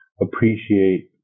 appreciate